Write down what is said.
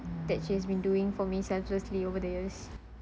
that she has been doing for me selflessly over the years